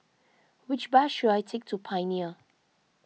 which bus should I take to Pioneer